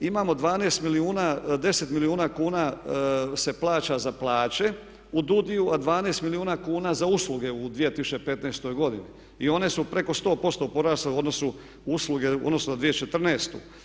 Imamo 12 milijuna, 10 milijuna kuna se plaća za plaće u DUUDI-u, a 12 milijuna kuna za usluge u 2015. godini i one su preko 100% porasle u odnosu, usluge u odnosu na 2014.